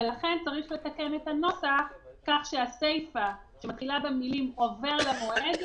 ולכן צריך לתקן את הנוסח כך שהסיפא שמתחילה במילים "עובר למועד"